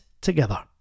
together